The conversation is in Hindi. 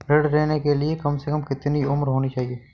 ऋण लेने के लिए कम से कम कितनी उम्र होनी चाहिए?